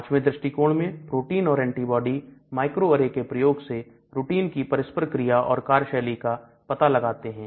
पांचवें दृष्टिकोण में प्रोटीन और एंटीबॉडी माइक्रोअरे के प्रयोग से रूटीन की परस्पर क्रिया और कार्यशैली का पता लगाते हैं